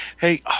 Hey